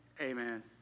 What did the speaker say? Amen